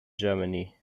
germany